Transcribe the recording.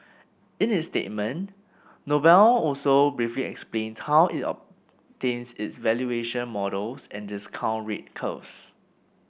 in its statement Noble also briefly explained how it obtains its valuation models and discount rate curves